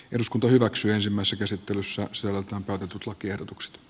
eduskunta hyväksyi ensimmäisen käsittelyssä se antaa tutut lakiehdotukset